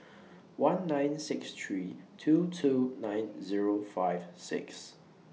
one nine six three two two nine Zero five six